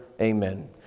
Amen